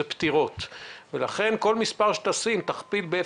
כל מספר שתשים, תכפיל אותו ב-0.7,